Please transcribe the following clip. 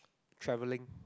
travelling